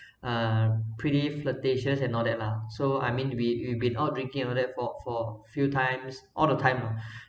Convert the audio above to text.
uh pretty flirtatious and all that lah so I mean we we've been all drinking and all that for for few times all the time lah